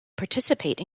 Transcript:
participate